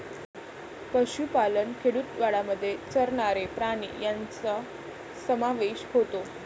पशुपालन खेडूतवादामध्ये चरणारे प्राणी यांचा समावेश होतो